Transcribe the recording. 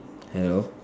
hello